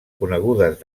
conegudes